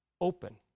open